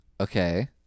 Okay